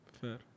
Fair